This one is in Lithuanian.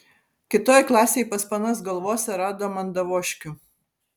kitoj klasėj pas panas galvose rado mandavoškių